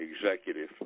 executive